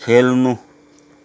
खेल्नु